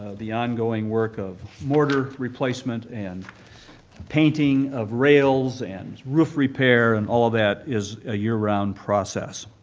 the ongoing work of mortar replacement and painting of rails and roof repair and all of that is a year-round process.